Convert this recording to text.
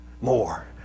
more